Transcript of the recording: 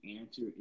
answer